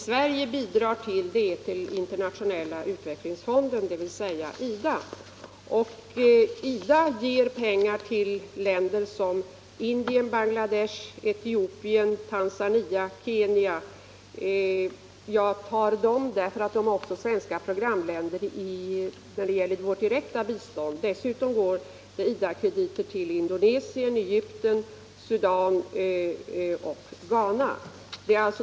Sverige bidrar till IDA, dvs. Internationella utvecklingsfonden, och IDA ger krediter på förmånliga villkor, och lån utgår bl.a. till länder som Indien, Bangladesh, Etiopien, Tanzania och Kenya — jag nämner dem därför att de också är svenska programländer när det gäller vårt direkta bistånd. Dessutom går IDA-krediter till Indonesien, Egypten, Sudan och Ghana.